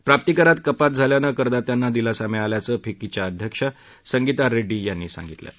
प्राप्तिकरात कपात झाल्यानं करदात्यांना दिलासा मिळाल्याचं फिक्कीच्या अध्यक्ष संगिता रेड्डी यांनी सांगितलं आहे